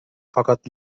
fakat